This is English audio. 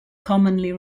commonly